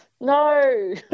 No